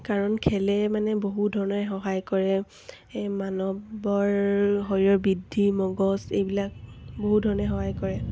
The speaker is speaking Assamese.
কাৰণ খেলে মানে বহু ধৰণে সহায় কৰে মানৱৰ শৰীৰৰ বৃদ্ধি মগজ এইবিলাক বহু ধৰণে সহায় কৰে